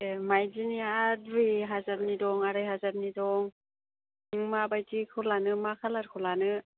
ए माइदिनिया दुइ हाजारनि दं आराइहाजारनि दं नों माबादिखौ लानो मा कालार खौ लानो